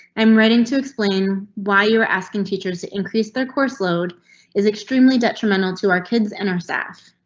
i'm writing to explain why you were asking teachers to increase their course load is extremely detrimental to our kids in our staff.